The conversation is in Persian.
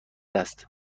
است